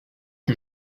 que